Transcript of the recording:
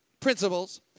principles